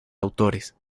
autores